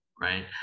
right